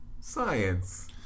science